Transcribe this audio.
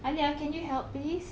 aliyah can you help please